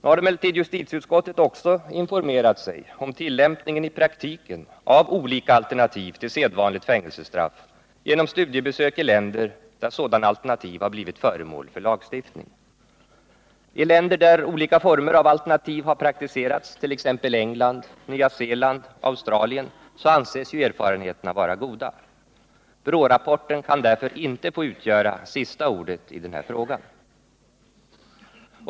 Nu har emellertid justitieutskottet informerat sig om tillämpningen i praktiken av olika alternativ till sedvanligt fängelsestraff, genom studiebesök i länder där sådana alternativ har blivit föremål för lagstiftning. I länder där olika former av alternativ har praktiserats, t.ex. England, Nya Zeeland och Australien, anses erfarenheterna vara goda. BRÅ-rapporten kan därför inte få utgöra sista ordet i denna fråga.